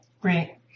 Great